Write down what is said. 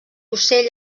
ocell